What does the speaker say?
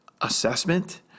assessment